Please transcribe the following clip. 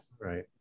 Right